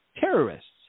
terrorists